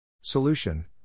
Solution